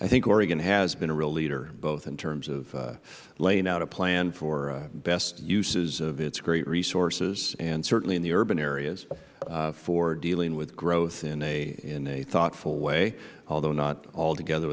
i think oregon has been a real leader both in terms of laying out a plan for best uses of its great resources and certainly in the urban areas for dealing with growth in a thoughtful way although not altogether